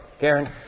Karen